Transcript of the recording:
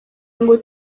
ngo